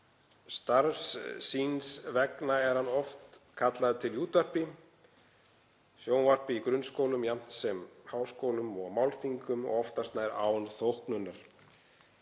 Starfs síns vegna er hann oft kallaður til í útvarpi og sjónvarpi, í grunnskólum jafnt sem háskólum og á málþingum og oftast nær án þóknunar.